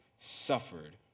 suffered